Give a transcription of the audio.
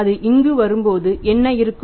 அது இங்கு வரும்போது என்ன இருக்கும்